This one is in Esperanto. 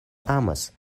amas